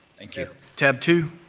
thank you. tab two.